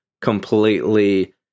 completely